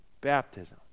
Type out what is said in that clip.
baptism